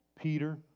Peter